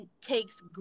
takes